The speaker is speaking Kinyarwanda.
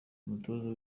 umutoza